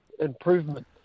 improvement